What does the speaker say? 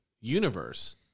universe